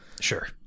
Sure